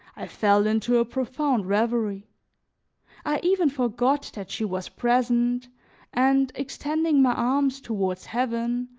i fell into a profound reverie i even forgot that she was present and, extending my arms toward heaven,